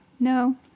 No